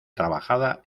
trabajada